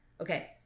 Okay